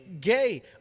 Gay